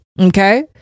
okay